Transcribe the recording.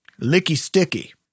Licky-sticky